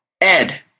Ed